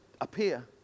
appear